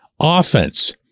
offense